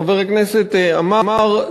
חבר הכנסת עמאר,